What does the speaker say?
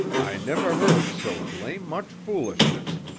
i never heard so blame much foolishness!